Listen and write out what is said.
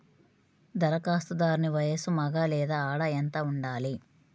ధరఖాస్తుదారుని వయస్సు మగ లేదా ఆడ ఎంత ఉండాలి?